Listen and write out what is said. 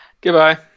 goodbye